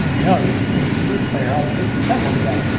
no, you're seeing the cd player all disassembled again!